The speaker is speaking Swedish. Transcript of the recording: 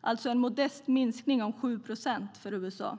och som angav en modest minskning om 7 procent för USA.